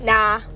Nah